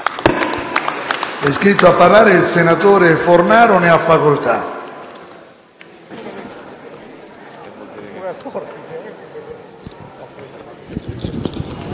È iscritto a parlare il senatore Molinari. Ne ha facoltà.